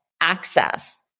access